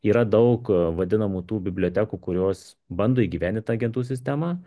yra daug vadinamų tų bibliotekų kurios bando įgyvendint agentų sistemą